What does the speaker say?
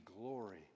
glory